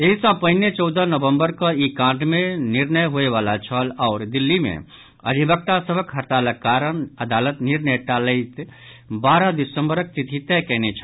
एहि सँ पहिने चौदह नवम्बर कऽ ई कांड मे निर्णय होयवला छल आओर दिल्ली मे अधिवक्ता सभक हड़तालक कारण अदालत निर्णय टालैत बारह दिसम्बरक तिथि तय कयने छल